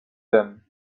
them